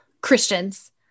Christians